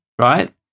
Right